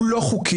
הוא לא חוקי,